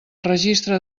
registre